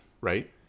right